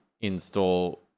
install